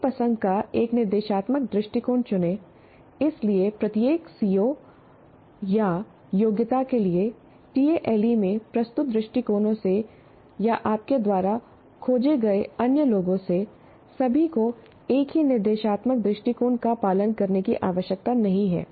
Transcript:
अपनी पसंद का एक निर्देशात्मक दृष्टिकोण चुनें इसलिए प्रत्येक सीओ औरया योग्यता के लिए टीएएलई में प्रस्तुत दृष्टिकोणों से या आपके द्वारा खोजे गए अन्य लोगों से सभी को एक ही निर्देशात्मक दृष्टिकोण का पालन करने की आवश्यकता नहीं है